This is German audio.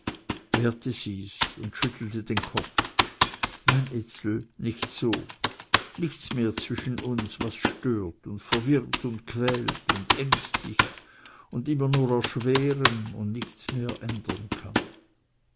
und schüttelte den kopf nein ezel nicht so nichts mehr zwischen uns was stört und verwirrt und quält und ängstigt und immer nur erschweren und nichts mehr ändern kann